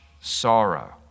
sorrow